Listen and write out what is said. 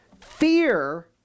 fear